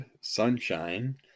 Sunshine